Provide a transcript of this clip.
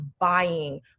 buying